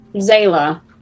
Zayla